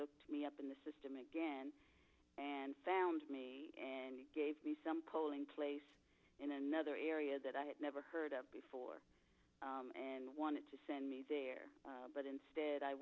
looked me up in the system again and found me and gave me some polling place in another area that i had never heard of before and wanted to send me there but instead i